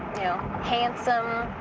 you know, handsome.